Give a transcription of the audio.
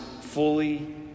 fully